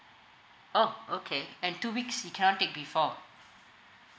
orh okay and two weeks he cannot take before